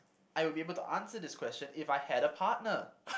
I would be able to answer this question if I had a partner